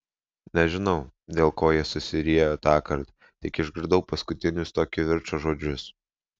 nežinau dėl ko jie susiriejo tąkart tik išgirdau paskutinius to kivirčo žodžius